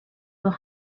were